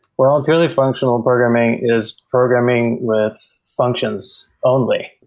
well, purely functional programming is programming with functions only,